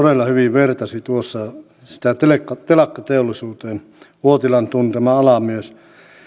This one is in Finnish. vertasi sitä tuossa telakkateollisuuteen uotilan tuntema ala myös